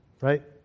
right